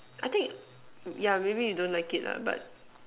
I think yeah maybe you don't like it lah but